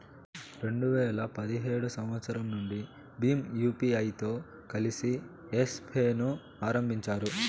రెండు వేల పదిహేడు సంవచ్చరం నుండి భీమ్ యూపీఐతో కలిసి యెస్ పే ను ఆరంభించారు